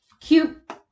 cute